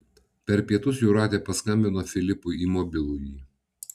per pietus jūratė paskambino filipui į mobilųjį